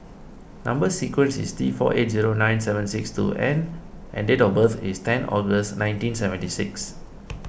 Number Sequence is T four eight zero nine seven six two N and date of birth is ten August nineteen seventy six